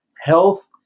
health